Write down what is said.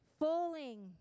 Falling